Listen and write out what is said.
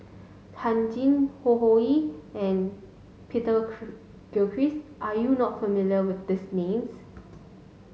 Lee Tjin Ho Ho Ying and Peter Gilchrist are you not familiar with these names